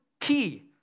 key